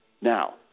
now